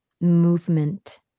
movement